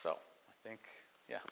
so i think yeah